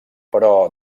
però